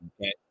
Okay